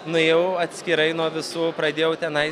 nuėjau atskirai nuo visų pradėjau tenai